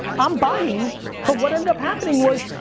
i'm buying but what ended up happening was,